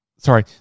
Sorry